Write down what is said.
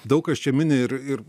daug kas čia mini ir ir